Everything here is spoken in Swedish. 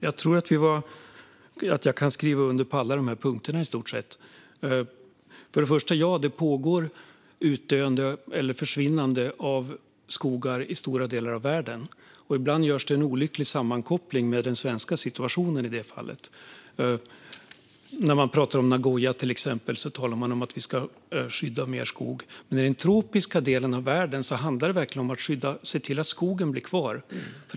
Fru talman! Jag tror att jag kan skriva under på i stort sett alla dessa punkter. För det första: Ja, det pågår ett utdöende eller försvinnande av skogar i stora delar av världen, och ibland görs i det avseendet en olycklig sammankoppling med den svenska situationen. När det gäller till exempel Nagoya talar man om att vi ska skydda mer skog. I den tropiska delen av världen handlar det verkligen om att se till att skogen blir kvar.